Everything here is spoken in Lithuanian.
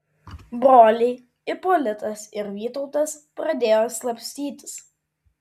broliai ipolitas ir vytautas pradėjo slapstytis